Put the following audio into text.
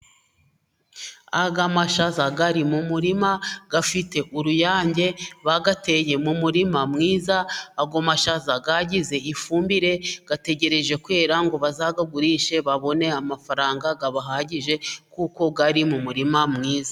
Aya mashaza ari mu murima, afite uruyange. Bayateye mu murima mwiza, ayo mashaza afite ifumbire, ategereje kwera ngo bazayagurishe, babone amafaranga ahagije kuko ari mu murima mwiza.